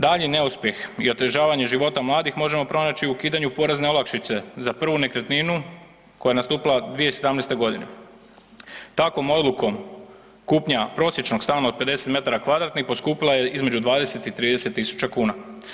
Daljnji neuspjeh i otežavanje života mladih možemo pronaći u ukidanju porezne olakšice za prvu nekretninu koja je nastupila 2017.g. Takvom odlukom kupnja prosječnog stana od 50m2 poskupila je između 20 i 30.000 kuna.